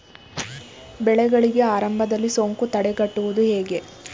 ಬೆಳೆಗಳಿಗೆ ಆರಂಭದಲ್ಲಿ ಸೋಂಕು ತಡೆಗಟ್ಟುವುದು ಹೇಗೆ?